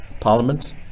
Parliament